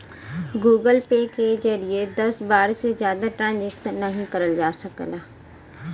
Google Pay के जरिए दस बार से जादा ट्रांजैक्शन नाहीं करल जा सकला